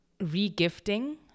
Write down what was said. re-gifting